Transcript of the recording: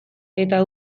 eta